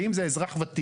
ואם זה אזרח ותיק,